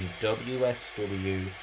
WSW